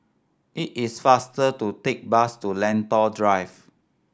it is faster to take bus to Lentor Drive